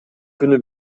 күнү